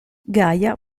gaia